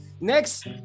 Next